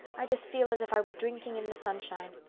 i just feel as if i were drinking in the sunshine.